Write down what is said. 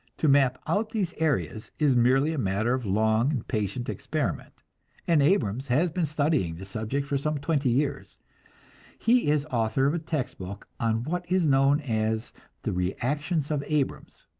to map out these areas is merely a matter of long and patient experiment and abrams has been studying this subject for some twenty years he is author of a text-book on what is known as the reactions of abrams.